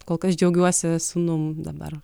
kol kas džiaugiuosi sūnum dabar